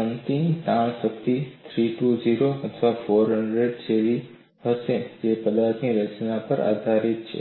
અંતિમ તાણ શક્તિ 320 અથવા 400 જેવી હશે જે પદાર્થની રચના પર આધારિત છે